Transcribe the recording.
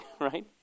right